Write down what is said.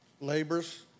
laborers